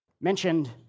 mentioned